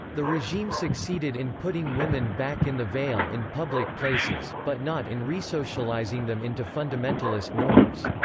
the regime succeeded in putting women back in the veil in public places, but not in resocializing them into fundamentalist norms.